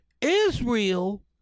Israel